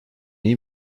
iyi